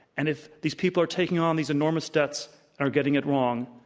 and if these people are taking on these enormous debts are getting it wrong,